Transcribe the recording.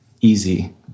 easy